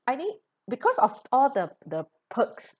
I think because of all the the perks